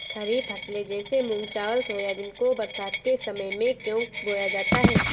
खरीफ फसले जैसे मूंग चावल सोयाबीन को बरसात के समय में क्यो बोया जाता है?